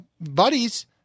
buddies